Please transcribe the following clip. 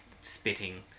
spitting